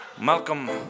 Malcolm